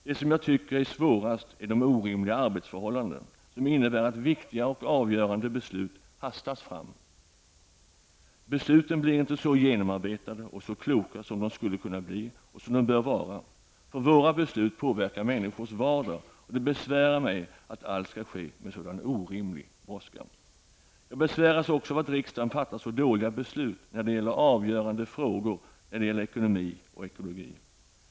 Det som jag tycker är svårast är de orimliga arbetsförhållandena, som innebär att viktiga och avgörande beslut hastas fram. Besluten blir inte så genomarbetade och kloka som de skulle kunna bli och som de bör vara. Våra beslut påverkar människors vardag och det besvärar mig att allt skall ske med sådan orimlig brådska. Jag besväras också av att riksdagen fattar så dåliga beslut när det gäller avgörande frågor om ekonomi och ekologi.